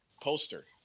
Poster